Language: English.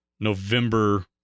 november